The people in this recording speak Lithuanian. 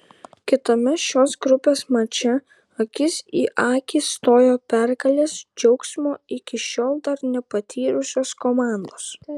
kitame šios grupės mače akis į akį stojo pergalės džiaugsmo iki šiol dar nepatyrusios komandos